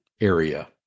area